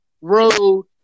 road